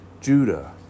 Judah